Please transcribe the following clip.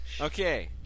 Okay